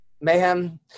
Mayhem